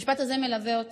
המשפט הזה מלווה אותי.